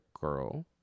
girl